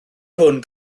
hwn